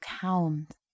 count